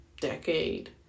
decade